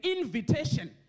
invitation